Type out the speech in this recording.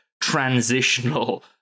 transitional